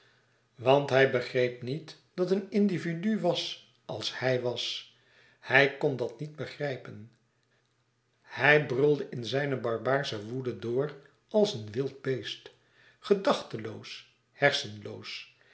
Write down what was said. want hij begreep niet dat een individu was als hij was hij kon dat niet begrijpen hij brulde in zijne barbaarsche woede door als een wild beest gedachteloos hersenloos